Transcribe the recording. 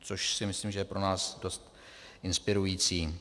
Což si myslím, že je pro nás dost inspirující.